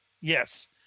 Yes